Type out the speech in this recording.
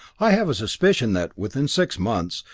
i have a suspicion that, within six months,